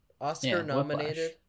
Oscar-nominated